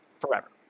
forever